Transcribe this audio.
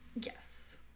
Yes